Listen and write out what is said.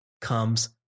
comes